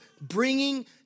bringing